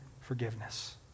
forgiveness